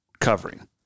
covering